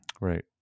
Right